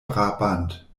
brabant